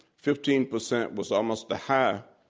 fifteen percent was almost the high.